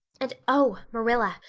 and oh, marilla,